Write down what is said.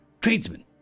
tradesmen